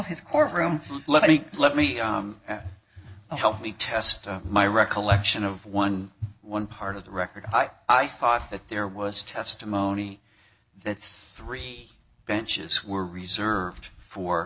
his courtroom let me help me test my recollection of one one part of the record i i thought that there was testimony that three benches were reserved for